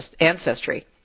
ancestry